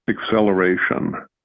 acceleration